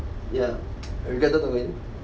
ya I regretted not going